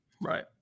Right